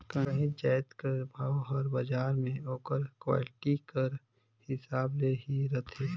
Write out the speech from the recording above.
काहींच जाएत कर भाव हर बजार में ओकर क्वालिटी कर हिसाब ले ही रहथे